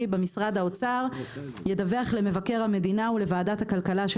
במשרד האוצר של ידווח למבקר המדינה ולוועדת הכלכלה של